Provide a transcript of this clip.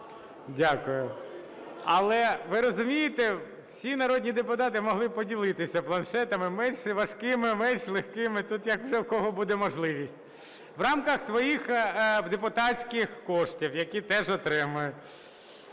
Дякую. Але, ви розумієте, всі народні депутати могли поділитися планшетами, менш важкими, менш легкими, тут як у кого буде можливість, в рамках своїх депутатських коштів, які теж отримують.